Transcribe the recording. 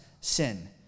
sin